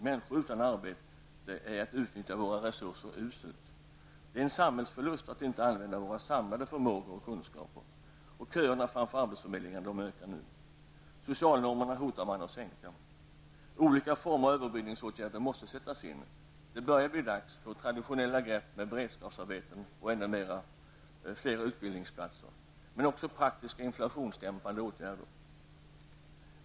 Människor utan arbete innebär att vi utnyttjar våra resurser uselt. Det är en samhällsförlust att inte använda våra samlade förmågor och kunskaper. Köerna framför arbetsförmedlingarna ökar nu. Socialnormerna hotar man att sänka. Olika former av överbryggningsåtgärder måste sättas in. Det börjar bli dags för traditionella grepp med beredskapsarbeten och ännu fler utbildningsplatser, men också praktiska inflationsdämpande åtgärder.